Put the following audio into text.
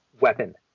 weapon